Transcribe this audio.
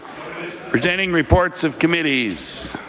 presenting reports of committees.